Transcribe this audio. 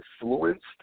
influenced